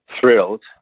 thrilled